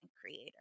creator